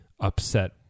upset